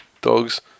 Dogs